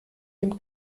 dem